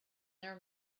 their